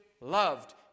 loved